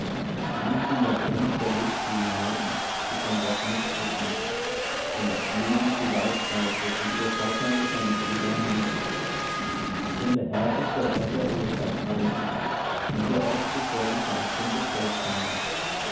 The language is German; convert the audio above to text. nicht in der brunst der lust wie die heiden die von gott nichts wissen und daß niemand zu weit greife und übervorteile seinen bruder im handel denn der herr ist der rächer über das alles wie wir euch zuvor gesagt und bezeugt haben